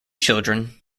children